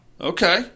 Okay